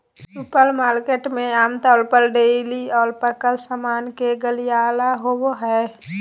supermarket में आमतौर पर डेयरी और पकल सामान के गलियारा होबो हइ